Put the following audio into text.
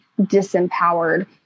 disempowered